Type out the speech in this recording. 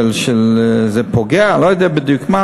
שזה פוגע, לא יודע בדיוק מה